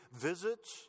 visits